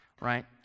right